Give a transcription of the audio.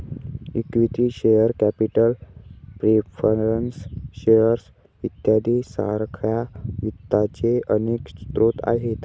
equity share capital preference shares इत्यादी सारख्या वित्ताचे अनेक स्रोत आहेत